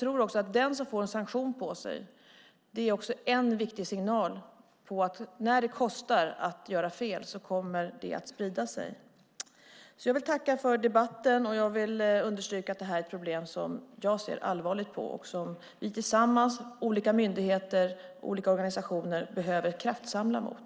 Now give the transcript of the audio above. Om man får en sanktion mot sig tror jag att det är en viktig signal. När det kostar att göra fel kommer det att sprida sig. Jag vill tacka för debatten och understryka att detta är ett problem som jag ser allvarligt på och som vi tillsammans med olika myndigheter och organisationer behöver kraftsamla mot.